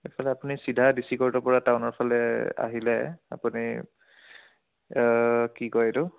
এইফালে আপুনি চিধা ডি চি কৰ্টৰপৰা টাউনৰ ফালে আহিলে আপুনি কি কয় এইটো